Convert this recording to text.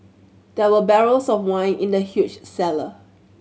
there were barrels of wine in the huge cellar